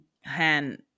Han